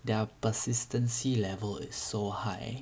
their persistency level is so high